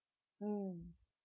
mm